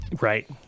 right